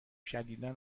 شدیدا